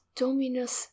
dominus